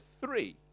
three